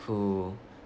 who